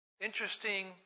Interesting